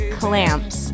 clamps